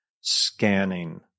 scanning